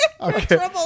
Okay